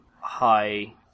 high